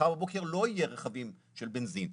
ומחר בבוקר לא יהיו רכבים של בנזין,